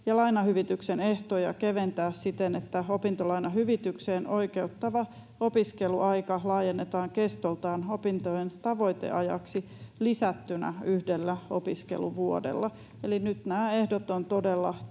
ja lainahyvityksen ehtoja keventää siten, että opintolainahyvitykseen oikeuttava opiskeluaika laajennetaan kestoltaan opintojen tavoiteajaksi lisättynä yhdellä opiskeluvuodella. Eli nyt nämä ehdot ovat todella